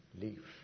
leave